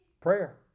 Prayer